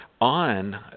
on